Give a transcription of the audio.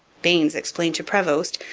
baynes explained to prevost,